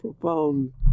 profound